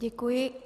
Děkuji.